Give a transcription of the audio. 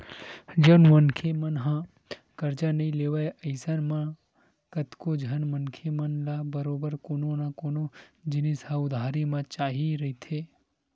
जउन मनखे मन ह करजा नइ लेवय अइसन म कतको झन मनखे मन ल बरोबर कोनो न कोनो जिनिस ह उधारी म चाही रहिथे